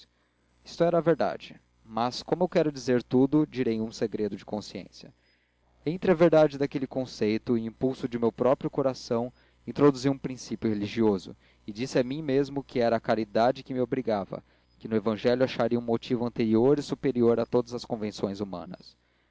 isto era verdade mas como eu quero dizer tudo direi um segredo de consciência entre a verdade daquele conceito e o impulso de meu próprio coração introduzi um princípio religioso e disse a mim mesmo que era a caridade que me obrigava que no evangelho acharia um motivo anterior e superior a todas as convenções humanas